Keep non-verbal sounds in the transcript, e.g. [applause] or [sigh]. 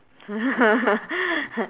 [laughs]